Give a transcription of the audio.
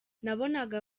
nabonaga